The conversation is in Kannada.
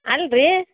ಅಲ್ಲ ರೀ